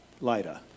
later